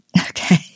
Okay